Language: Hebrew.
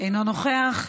אינו נוכח,